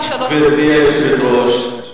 אדוני, שלוש דקות.